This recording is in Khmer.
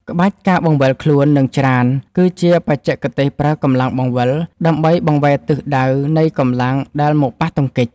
ក្បាច់ ការបង្វិលខ្លួន និងច្រាន គឺជាបច្ចេកទេសប្រើកម្លាំងបង្វិល ដើម្បីបង្វែរទិសដៅនៃកម្លាំងដែលមកប៉ះទង្គិច។